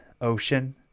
ocean